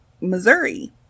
Missouri